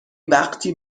وقتی